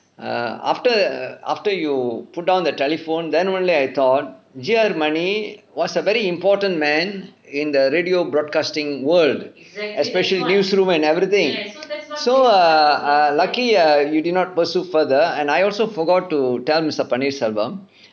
err after after you put down the telephone then only I thought G_R money was a very important man in the radio broadcasting world especially newsroom and everything so err err lucky err you did not pursue further and I also forgot to tell mister paneerselvam